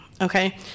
Okay